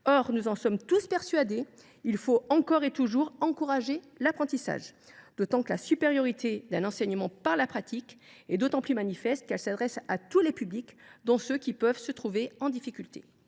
nous en sommes tous persuadés : il faut encore et toujours encourager l’apprentissage. La supériorité d’un enseignement par la pratique est d’autant plus manifeste qu’elle s’adresse à tous les publics, notamment ceux qui peuvent se trouver en difficulté.